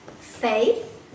faith